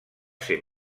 ser